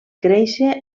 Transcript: créixer